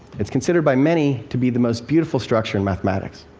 it's considered by many to be the most beautiful structure in mathematics.